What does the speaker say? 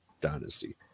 dynasty